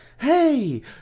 hey